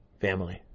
family